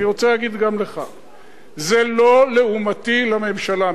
זה לא לעומתי לממשלה,